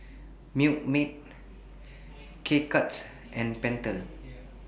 Milkmaid K Cuts and Pentel